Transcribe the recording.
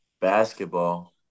basketball